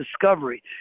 discovery